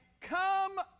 come